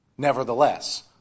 Nevertheless